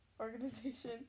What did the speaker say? organization